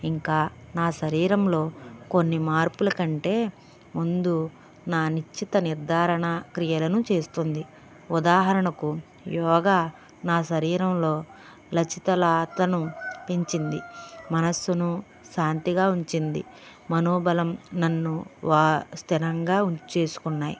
ఇంకా నా శరీరంలో కొన్ని మార్పుల కంటే ముందు నా నిశ్చిత నిర్ధారణ క్రియలను చేస్తుంది ఉదాహరణకు యోగా నా శరీరంలో లచితలతను పెంచింది మనస్సును శాంతిగా ఉంచింది మనోబలం నన్ను వా స్థిరంగా ఉంచుకున్నాయి